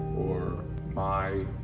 or my